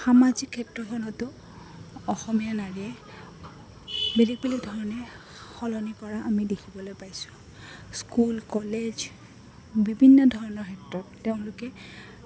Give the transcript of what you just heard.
সামাজিক ক্ষেত্ৰখনতো অসমীয়া নাৰীয়ে বেলেগ বেলেগ ধৰণে সলনি কৰা আমি দেখিবলৈ পাইছোঁ স্কুল কলেজ বিভিন্ন ধৰণৰ ক্ষেত্ৰত তেওঁলোকে